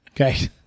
Okay